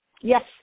yes